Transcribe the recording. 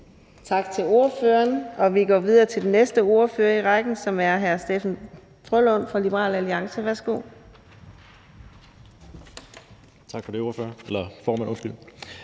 Tak til ordføreren. Vi går videre til den næste ordfører i rækken, som er hr. Steffen W. Frølund fra Liberal Alliance. Værsgo.